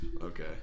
okay